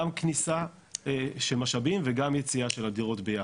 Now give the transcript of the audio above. גם כניסה של משאבים וגם יציאה של הדירות ביחד.